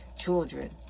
children